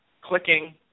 clicking